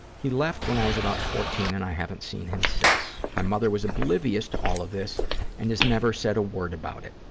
he left when i was about fourteen and i haven't seen him since. my mother was oblivious to all of this and has never said a word about it.